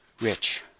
rich